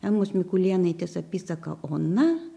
emos mikulėnaitės apysaką ona